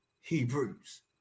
Hebrews